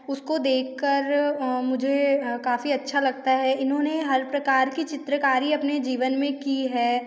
उसको देख कर मुझे काफ़ी अच्छा लगता है इन्होंने हर प्रकार की चित्रकारी अपने जीवन में की है